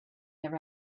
never